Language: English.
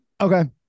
Okay